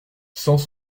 sans